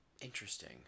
Interesting